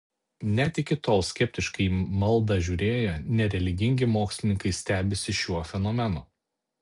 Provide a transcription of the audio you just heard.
net iki tol skeptiškai į maldą žiūrėję nereligingi mokslininkai stebisi šiuo fenomenu